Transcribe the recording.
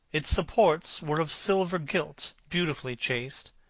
its supports were of silver gilt, beautifully chased,